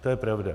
To je pravda.